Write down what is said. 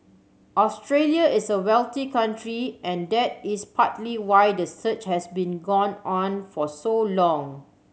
Australia is a wealthy country and that is partly why the search has been gone on for so long